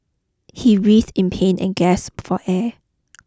he writhed in pain and gasped for air